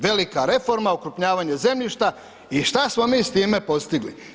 Velika reforma, okrupnjavanje zemljišta i šta smo mi s time postigli?